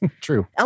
True